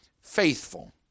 faithful